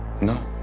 No